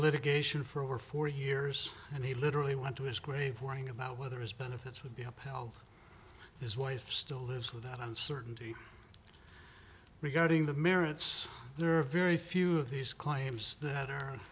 in litigation for four years and he literally went to his grave worrying about whether his benefits would be upheld his wife still lives with that uncertainty regarding the merits there are very few of these claims that are